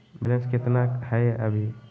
Balance केतना हय अभी?